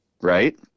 right